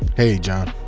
hey, john.